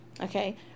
Okay